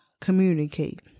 communicate